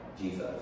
Jesus